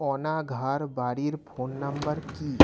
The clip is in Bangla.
অনাঘার বাড়ির ফোন নম্বর কি